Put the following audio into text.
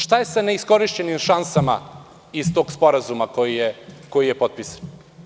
Šta je sa neiskorišćenim šansama iz tog sporazuma koji je potpisan?